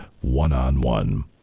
one-on-one